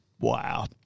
Wow